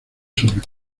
sur